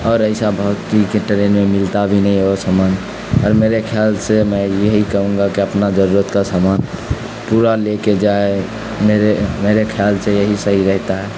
اور ایسا بہت کے ٹرین میں ملتا بھی نہیں ہے وہ سامان اور میرے خیال سے میں یہی کہوں گا کہ اپنا ضرورت کا سامان پورا لے کے جائے میرے میرے خیال سے یہی صحیح رہتا ہے